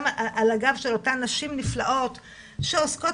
גם על הגב של אותן נשים נפלאות שעוסקות